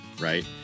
right